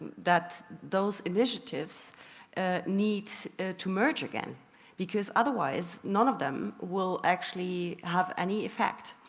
that, those initiative need to merge again because otherwise none of them will actually have any effect.